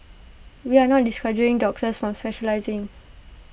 we are not discouraging doctors from specialising